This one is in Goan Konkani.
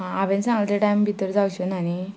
आं हांवेन सांगले ते टायम भितर जावचेना न्ही